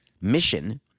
mission